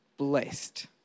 blessed